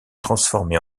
transformée